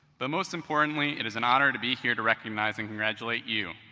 but most importantly, it is an honor to be here to recognize and congratulate you